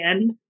end